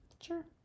Sure